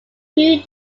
two